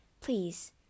Please